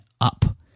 up